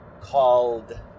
called